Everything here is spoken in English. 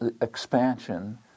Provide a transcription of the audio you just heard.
expansion